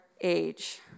age